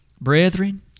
Brethren